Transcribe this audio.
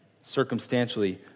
circumstantially